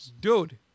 Dude